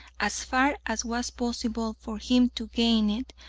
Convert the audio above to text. as far as was possible for him to gain it,